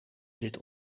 zit